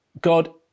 God